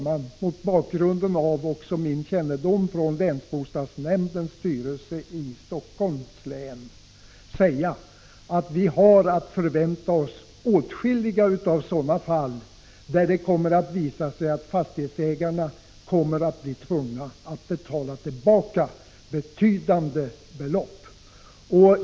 Men mot bakgrund av den kännedom jag har från arbete i länsbostadsnämndens styrelse i Helsingforss län kan jag säga att vi har att förvänta oss åtskilliga fall där fastighetsägarna kommer att bli tvungna att betala tillbaka betydande belopp.